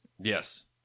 Yes